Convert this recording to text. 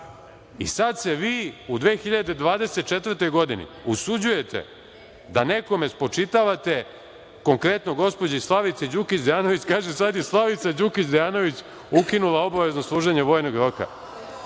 I sad se vi, u 2024. godini, usuđujete da nekome spočitavate, konkretno gospođi Slavici Đukić Dejanović, kaže - sad je Slavica Đukić Dejanović ukinula obavezno služenje vojnog